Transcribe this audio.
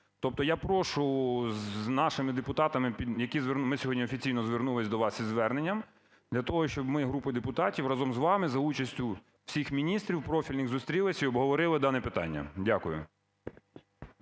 Тобто я прошу з нашими депутатами, які… Ми сьогодні офіційно звернулись до вас із зверненням для того, щоб ми групою депутатів разом з вами за участю всіх міністрів профільних зустрілись і обговорили дане питання. Дякую.